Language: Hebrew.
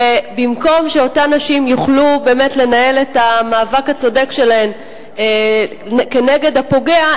ובמקום שאותן נשים יוכלו באמת לנהל את המאבק הצודק שלהן נגד הפוגע,